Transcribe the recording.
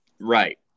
Right